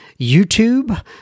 YouTube